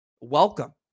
welcome